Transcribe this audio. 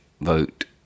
vote